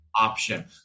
option